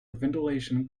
ventilation